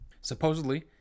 Supposedly